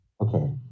okay